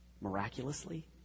miraculously